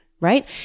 right